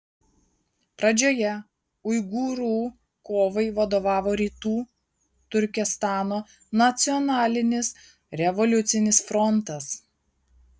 pradžioje uigūrų kovai vadovavo rytų turkestano nacionalinis revoliucinis frontas